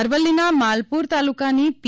અરવલ્લીના માલપુર તાલુકાની પી